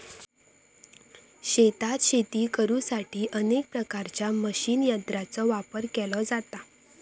शेतात शेती करुसाठी अनेक प्रकारच्या मशीन यंत्रांचो वापर केलो जाता